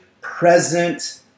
present